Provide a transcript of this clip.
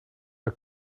ein